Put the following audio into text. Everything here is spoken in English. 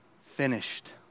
finished